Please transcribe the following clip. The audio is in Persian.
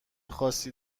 خاصی